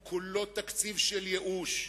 הוא כולו תקציב של ייאוש.